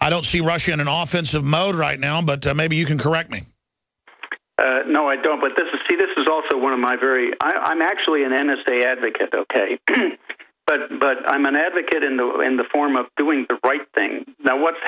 i don't see russia in an office of mode right now but maybe you can correct me no i don't but this is see this is also one of my very i'm actually an n s a advocate ok but but i'm an advocate in the in the form of doing the right thing now what's